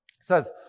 says